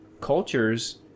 cultures